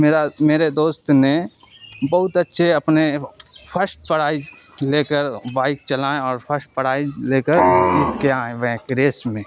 میرا میرے دوست نے بہت اچھے اپنے فسٹ پرائز لے کر بائک چلائیں اور فسٹ پرائز لے کر جیت کے آئیں ریس میں